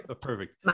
Perfect